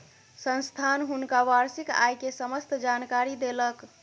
संस्थान हुनका वार्षिक आय के समस्त जानकारी देलक